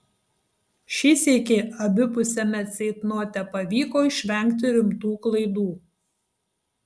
šį sykį abipusiame ceitnote pavyko išvengti rimtų klaidų